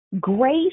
grace